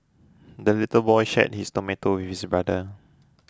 the little boy shared his tomato with his brother